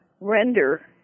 render